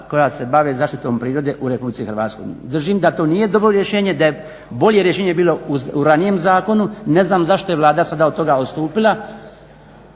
koja se bave zaštitom prirode u RH. Držim da to nije dobro rješenje, da je bolje rješenje bilo u ranijem zakonom. Ne znam zašto je Vlada sada od toga odstupila,